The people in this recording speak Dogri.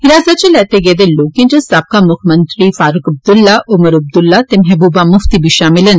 हिरासत इच लैते गेदे लोकें इच साबका मुक्खमंत्री फारूक अब्दुल्ला उमर अब्दुल्ला ते महबूबा मुफ्ती शामल न